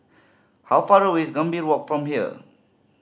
how far away is Gambir Walk from here